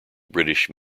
british